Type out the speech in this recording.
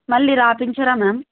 మళ్ళీ రాయించరా మ్యామ్